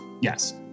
Yes